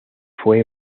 fue